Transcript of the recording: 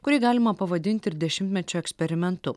kurį galima pavadinti ir dešimtmečio eksperimentu